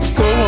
go